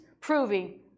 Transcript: proving